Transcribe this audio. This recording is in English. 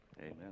Amen